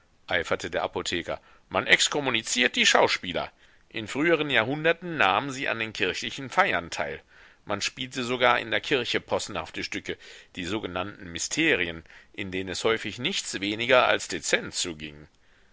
eiferte der apotheker man exkommuniziert die schauspieler in früheren jahrhunderten nahmen sie an den kirchlichen feiern teil man spielte sogar in der kirche possenhafte stücke die sogenannten mysterien in denen es häufig nichts weniger als dezent zuging